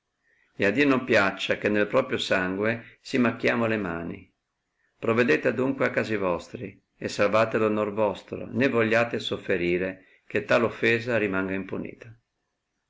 a dio non piaccia che nel proprio sangue si macchiamo le mani provedete adunque a casi vostri e salvate r onor vostro né vogliate sofferire che tal offesa rimanga impunita